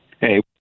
hey